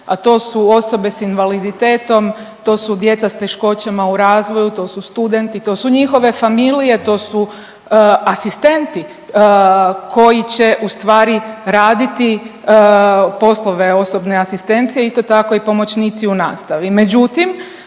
a to su osobe s invaliditetom, to su djeca s teškoćama u razvoju, to su studenti, to su njihove familije, to su asistenti koji će ustvari raditi poslove osobne asistencije, isto tako i pomoćnici u nastavi.